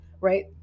right